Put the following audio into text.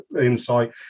insight